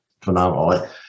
phenomenal